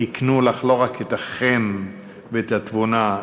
הקנה לך לא רק את החן ואת התבונה.